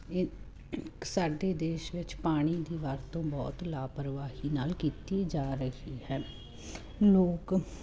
ਸਾਡੇ ਦੇਸ਼ ਵਿੱਚ ਪਾਣੀ ਦੀ ਵਰਤੋਂ ਬਹੁਤ ਲਾਪਰਵਾਹੀ ਨਾਲ ਕੀਤੀ ਜਾ ਰਹੀ ਹੈ ਲੋਕ